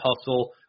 hustle